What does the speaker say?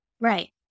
right